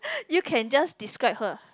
you can just describe her